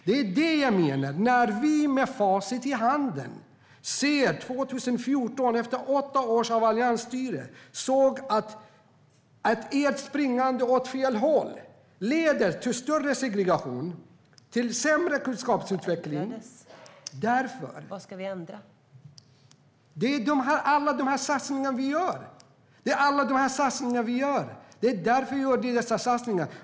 Det är detta jag menar när vi 2014 med facit i hand efter åtta år med alliansstyre såg ert springande åt fel håll. Det leder till större segregation och till sämre kunskapsutveckling. Vi gör alla dessa satsningar.